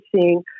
seeing